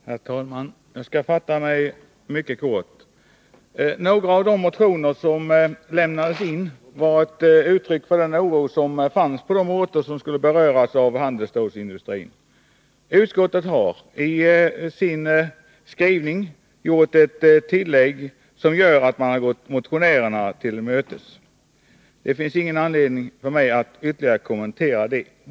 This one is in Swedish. Herr talman! Jag skall fatta mig mycket kort. Några av de motioner som har lämnats in var uttryck för den oro som finns på de orter som skulle beröras av åtgärder inom handelsstålsindustrin. Näringsutskottet har i sin skrivning gjort ett tillägg, som gör att man har gått motionärerna till mötes. Det finns ingen anledning för mig att ytterligare kommentera detta.